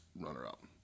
runner-up